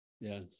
Yes